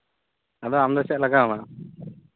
ᱟᱫᱚ ᱟᱢᱫᱚ ᱪᱮᱫ ᱞᱟᱜᱟᱣᱟᱢᱟ